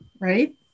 right